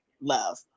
love